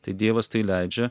tai dievas tai leidžia